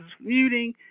muting